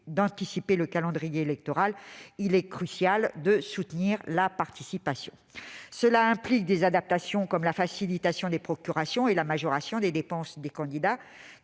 d'anticiper le calendrier électoral, il est crucial de soutenir la participation. Cela implique des adaptations, comme la facilitation des procurations et la majoration des dépenses des candidats,